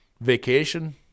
vacation